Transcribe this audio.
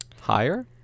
Higher